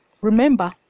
Remember